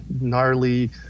gnarly